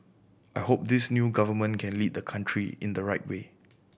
I hope this new government can lead the country in the right way